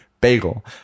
Bagel